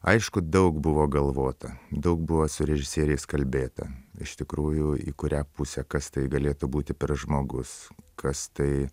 aišku daug buvo galvota daug buvo su režisieriais kalbėta iš tikrųjų į kurią pusę kas tai galėtų būti per žmogus kas tai